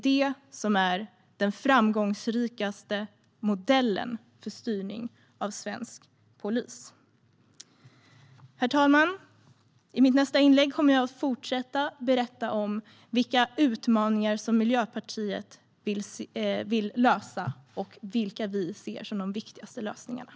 Herr talman! I mitt nästa inlägg kommer jag att fortsätta att berätta om vilka utmaningar vi i Miljöpartiet vill ta oss an och vilka lösningar vi tycker är viktigast.